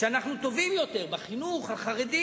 שאנחנו בחינוך החרדי